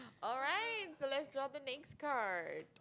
alright so let's draw the next card